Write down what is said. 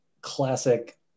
classic